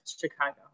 Chicago